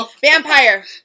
Vampire